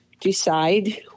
decide